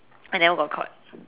I never got caught